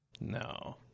no